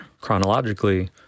chronologically